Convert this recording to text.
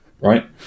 right